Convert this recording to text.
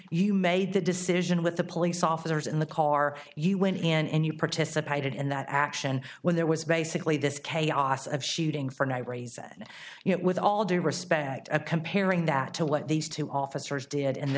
you made the decision with the police officers in the car you went in and you participated in that action when there was basically this chaos of shootings that you know with all due respect comparing that to what these two officers did and the